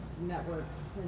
networks